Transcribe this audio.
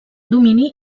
domini